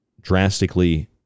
drastically